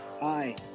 Hi